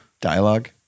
dialogue